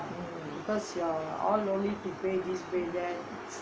because your all no need to pay this pay that